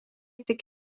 tik